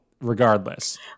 regardless